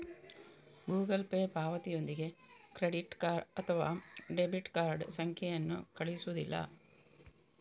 Google Pay ಪಾವತಿಯೊಂದಿಗೆ credit ಅಥವಾ debit card ಸಂಖ್ಯೆಯನ್ನು ಕಳುಹಿಸುವುದಿಲ್ಲ